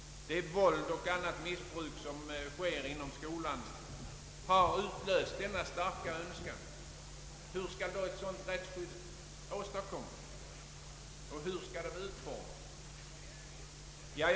Det våld och annat missbruk som förekommer inom skolan har utlöst denna starka önskan. Hur skall då ett sådant rättsskydd åstadkommas och hur skall det utformas?